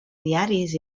diaris